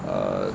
um